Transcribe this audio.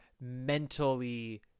mentally